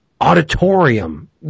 auditorium